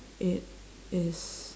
it is